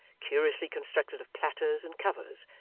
curiously constructed of platters and covers,